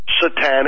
satanic